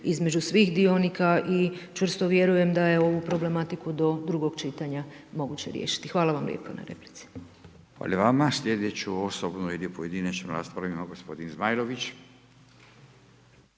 između svih dionika i čvrsto vjerujem da je ovu problematiku do drugog čitanja moguće riješiti. Hvala vam lijepo na replici. **Radin, Furio (Nezavisni)** Hvala i vama. Sljedeću osobnu ili pojedinačnu raspravu ima gospodin Zmajlović.